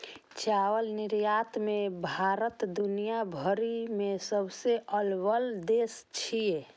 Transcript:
चावल निर्यात मे भारत दुनिया भरि मे सबसं अव्वल देश छियै